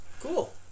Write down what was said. Cool